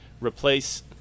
Replace